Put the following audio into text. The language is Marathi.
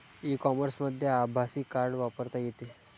ई कॉमर्समध्ये आभासी कार्ड वापरता येते